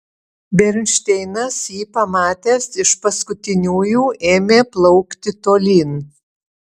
bernšteinas jį pamatęs iš paskutiniųjų ėmė plaukti tolyn